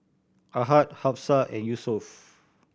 Ahad Hafsa and Yusuf